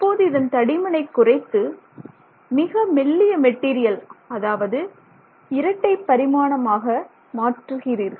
இப்போது இதன் தடிமனை குறைத்து மிக மெல்லிய மெட்டீரியல் அதாவது இரட்டை பரிமாணமாக மாற்றுகிறீர்கள்